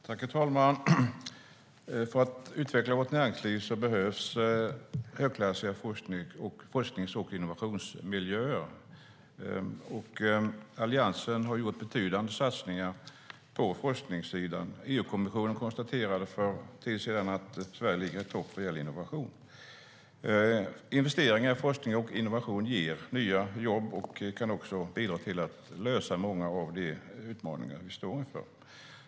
Herr talman! För att vårt näringsliv ska utvecklas behövs högklassiga forsknings och innovationsmiljöer. Alliansen har gjort betydande satsningar på forskningssidan. EU-kommissionen konstaterade för en tid sedan att Sverige ligger i topp vad gäller innovation. Investeringar i forskning och innovation ger nya jobb och kan också bidra till att lösa många av de utmaningar som vi står inför.